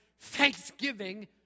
thanksgiving